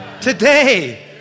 today